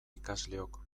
ikasleok